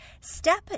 Step